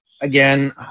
again